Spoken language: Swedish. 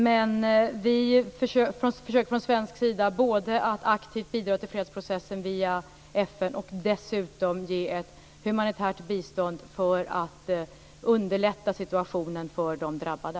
Men vi försöker från svensk sida att aktivt bidra till fredsprocessen via FN och dessutom att ge ett humanitärt bistånd för att underlätta situationen för de drabbade.